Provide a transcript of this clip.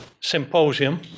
symposium